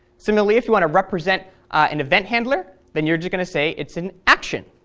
similarly, if you want to represent an event handler then you're you're going to say it's an action.